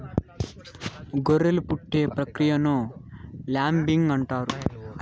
గొర్రెలు పుట్టే ప్రక్రియను ల్యాంబింగ్ అంటారు